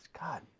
God